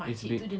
it's built